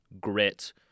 grit